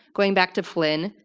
going back to flynn,